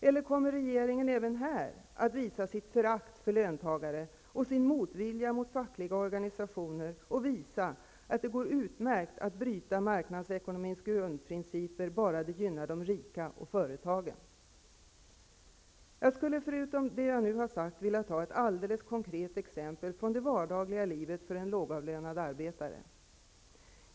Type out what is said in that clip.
Eller kommer regeringen även här att visa sitt förakt för löntagare och sin motvilja mot fackliga organisationer och visa att det går utmärkt att bryta marknadsekonomins grundprinciper bara det gynnar de rika och företagen? Jag skulle förutom det jag nu har sagt vilja ta ett alldeles konkret exempel från det vardagliga livet för en lågavlönad arbetare.